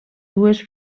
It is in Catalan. dues